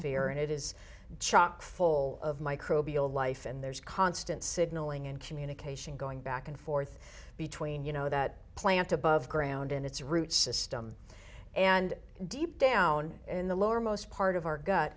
spear and it is chock full of microbial life and there's constant signaling and communication going back and forth between you know that plant above ground and its root system and deep down in the lower most part of our gut